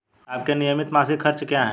आपके नियमित मासिक खर्च क्या हैं?